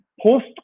post